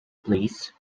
please